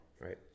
right